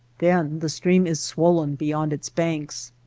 then the stream is swollen beyond its banks.